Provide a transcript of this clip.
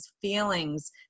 feelings